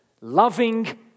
loving